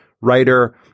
writer